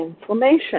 inflammation